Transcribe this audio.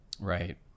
Right